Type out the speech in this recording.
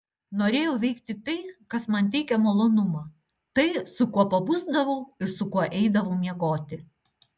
norėjau veikti tai kas man teikia malonumą tai su kuo pabusdavau ir su kuo eidavau miegoti